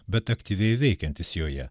bet aktyviai veikiantis joje